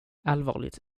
allvarligt